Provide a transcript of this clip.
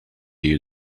you